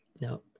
No